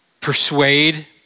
persuade